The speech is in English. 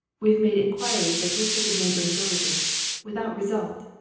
we've made inquiries at each of the neighbouring villages without result.